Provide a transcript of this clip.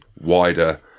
wider